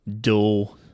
dual